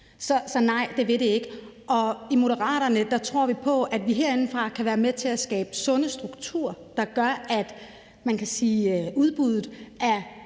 Så nej, det vil det ikke. I Moderaterne tror vi på, at vi herindefra kan være med til at skabe sunde strukturer, der gør, at, kan